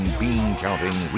bean-counting